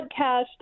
podcast